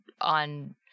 on